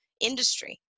industry